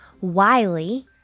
Wiley